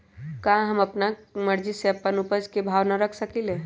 का हम अपना मर्जी से अपना उपज के भाव न रख सकींले?